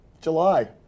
July